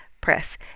Press